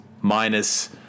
minus